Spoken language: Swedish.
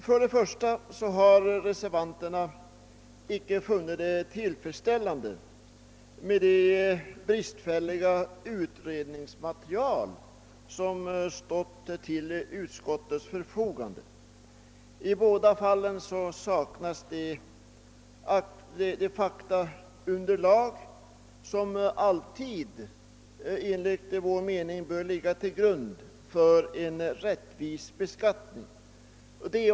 Först och främst har reservanterna funnit det icke vara tillfredsställande med det bristfälliga utredningsmaterial som stått till utskottets förfogande. I fråga om båda propositionerna saknas det faktaunderlag, som enligt vår mening alltid bör ligga till grund för en rättvis beskattning.